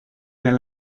their